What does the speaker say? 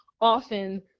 often